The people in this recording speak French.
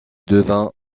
devint